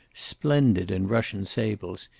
splendid in russian sables,